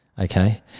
okay